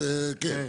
זה כן.